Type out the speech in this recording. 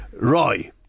Roy